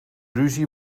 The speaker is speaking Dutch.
ruzie